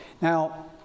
now